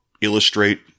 illustrate